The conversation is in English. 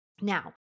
Now